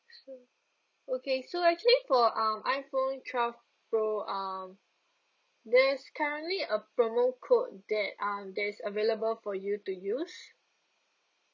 so okay so actually for um iphone twelve pro um there's currently a promo code that um that is available for you to use